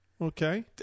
Okay